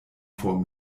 vor